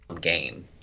game